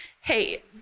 hey